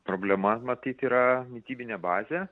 problema matyt yra mitybinė bazė